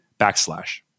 backslash